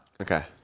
Okay